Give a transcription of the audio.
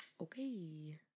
Okay